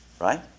right